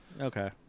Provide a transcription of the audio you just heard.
Okay